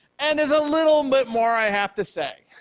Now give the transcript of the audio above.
and there's a little bit more i have to say,